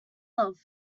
love